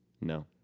No